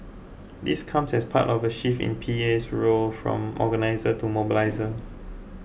this comes as part of a shift in PA's role from organiser to mobiliser